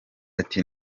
ati